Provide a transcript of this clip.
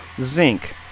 zinc